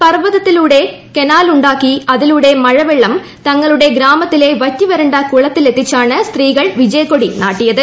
പർവ്വതത്തിലൂടെ കനാൽ ഉണ്ട്ാക്കി അതിലൂടെ മഴവെള്ളം തങ്ങളുടെ ഗ്രാമത്തില്ലു വറ്റി വരണ്ട കുളത്തിൽ എത്തിച്ചാണ് സ്ത്രീകൾ വ്വിജയ്ക്കൊടി നാട്ടിയത്